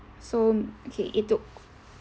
so okay it took